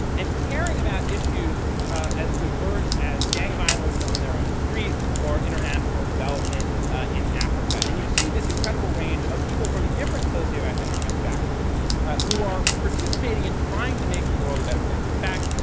and caring about issues ah as diverse as gang violence on their own street or international development in africa. and you see this incredible range of people from different socioeconomic backgrounds who are participating in trying to make the world a better place. in fact,